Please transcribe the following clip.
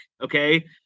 okay